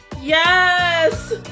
Yes